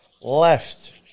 left